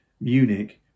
Munich